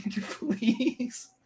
Please